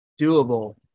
doable